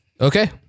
Okay